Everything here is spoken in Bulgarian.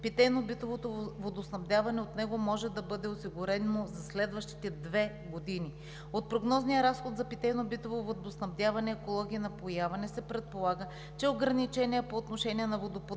питейно-битовото водоснабдяване от него може да бъде осигурено за следващите две години. От прогнозния разход за питейно-битово водоснабдяване, екология и напояване се предполага, че ограничения по отношение на водоподаване